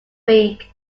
week